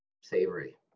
savory